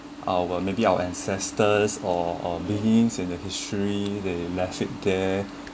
our maybe our ancestors or or begins in the history they left it there